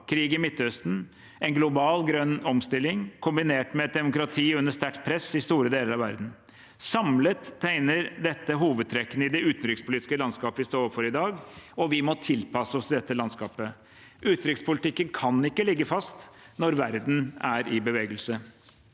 krig i Midtøsten, en global grønn omstilling, kombinert med et demokrati under sterkt press i store deler av verden. Samlet tegner dette hovedtrekkene i det utenrikspolitiske landskapet vi står overfor i dag, og vi må tilpasse oss dette landskapet. Utenrikspolitikken kan ikke ligge fast når verden er i bevegelse.